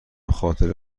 خاطره